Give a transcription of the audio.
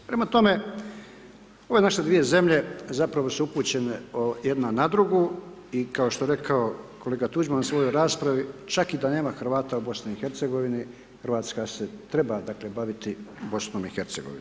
Prema tome, ove naše dvije zemlje zapravo su upućene jedna na drugu i kao što je rekao kolega Tuđman u svojoj raspravi, čak i da nema Hrvata u BiH, RH se, dakle, baviti BiH.